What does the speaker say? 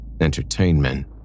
entertainment